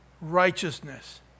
righteousness